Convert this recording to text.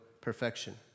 perfection